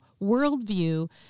worldview